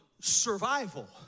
survival